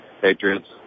Patriots